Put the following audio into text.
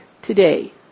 Today